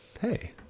Hey